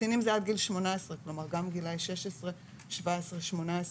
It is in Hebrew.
קטינים זה עד גיל 18, כלומר גם גילאי 16, 17, 18,